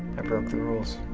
i broke the rules.